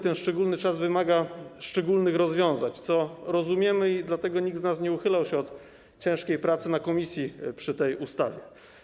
Ten szczególny czas wymaga szczególnych rozwiązań, co rozumiemy, i dlatego nikt z nas nie uchylał się od ciężkiej pracy w komisji przy tej ustawie.